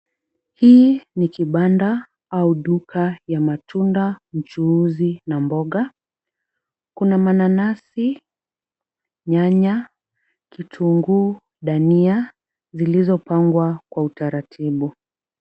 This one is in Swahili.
Hii ni kibanda au duka ya matunda, mchuuzi na mboga. Kuna mananasi, nyanya, kitunguu, dania zilizopangwa kwa utaratibu.